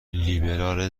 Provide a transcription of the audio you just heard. لیبرال